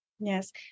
Yes